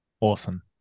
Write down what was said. Awesome